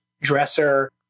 dresser